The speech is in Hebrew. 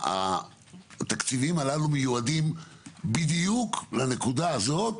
התקציבים הללו מיועדים בדיוק לנקודה הזאת